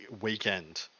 weekend